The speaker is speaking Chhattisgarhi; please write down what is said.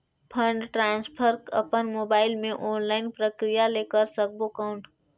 फंड ट्रांसफर अपन मोबाइल मे ऑनलाइन प्रक्रिया ले कर सकबो कौन?